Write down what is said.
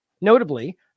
Notably